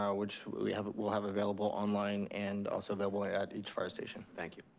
which we'll have we'll have available online and also available at each fire station. thank you.